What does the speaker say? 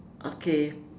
okay